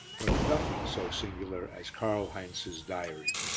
but nothing so singular as karl heinz's diary.